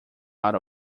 out